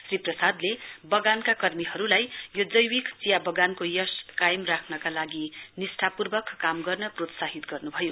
श्री प्रसादले वगानका कर्मीहरुसित यो जैविक चिया वगानको यश कायम राख्नका लागि निष्ठापूर्वक काम गर्ने प्रोत्साहित गर्नुभयो